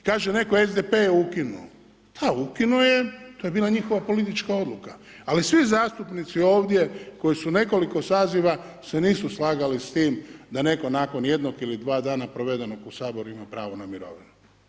Kaže netko SDP je ukinuo, da, ukinuo je, to je bila njihova politička odluka ali svi zastupnici ovdje koji su u nekoliko saziva se nisu slagali s tim da netko nakon jednog ili dva dana provedenog Saboru, ima pravo na mirovinu.